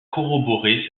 corroborer